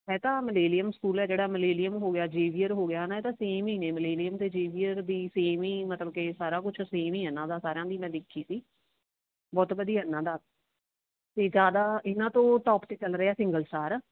ਹੈ ਤਾਂ millennium school ਹੈ ਜਿਹੜਾ ਮਿਲੇਨੀਅਮ ਹੋ ਗਿਆ ਜ਼ੇਵੀਅਰ ਹੋ ਗਿਆ ਨਾ ਇਹ ਤਾਂ ਸੇਮ ਹੀ ਨੇ ਮਿਲੇਨੀਅਮ ਅਤੇ ਜ਼ੇਵੀਅਰ ਵੀ ਸੇਮ ਹੀ ਮਤਲਬ ਕਿ ਸਾਰਾ ਕੁਛ ਸੇਮ ਹੀ ਆ ਇਹਨਾਂ ਦਾ ਸਾਰਿਆਂ ਦੀ ਮੈਂ ਦੇਖੀ ਸੀ ਬਹੁਤ ਵਧੀਆ ਇਹਨਾਂ ਦਾ ਅਤੇ ਜ਼ਿਆਦਾ ਇਹਨਾਂ ਤੋਂ ਟੋਪ 'ਤੇ ਚੱਲ ਰਿਹਾ ਸਿੰਗਲ ਸਟਾਰ